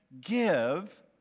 give